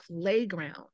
playground